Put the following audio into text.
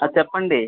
చెప్పండి